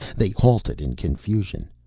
they halted in confusion.